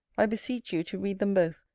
i beseech you to read them both,